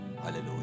hallelujah